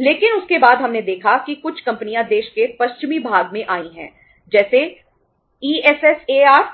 लेकिन उसके बाद हमने देखा कि कुछ कंपनियाँ देश के पश्चिमी भाग में आई हैं जैसे ईएसएसएआर